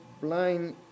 blind